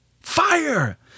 Fire